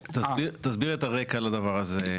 תסביר את הרגע לדבר הזה.